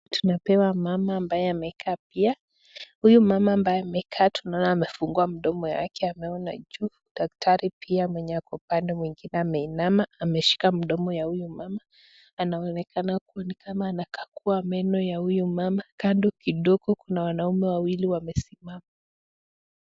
Tumepewa mama ambaye amekaa pia huyu mama ambaye amekaa tunaona amefungua mdomo yake amepona juu daktari pia mwenye ako pande ingine ameinama ameshika mdomo ya huyo mama ameonekana kuwa amekagua meno ya huyo mama kando kidogo Kuna wanaume wawili wamesimama.